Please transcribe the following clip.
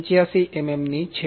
85 mm ની છે